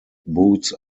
boots